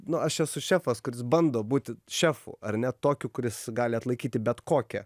nu aš esu šefas kuris bando būti šefu ar ne tokiu kuris gali atlaikyti bet kokią